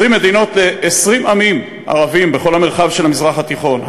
20 עמים ערביים בכל המרחב של המזרח התיכון,